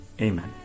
Amen